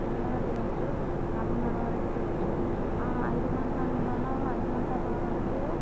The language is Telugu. ఏమైన్నా తినచ్చు నాలుగున్నర వరకు తినచ్చు ఐదు గంటల మరల ఐదు గంటల వరకు